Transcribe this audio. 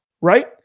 right